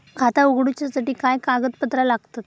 खाता उगडूच्यासाठी काय कागदपत्रा लागतत?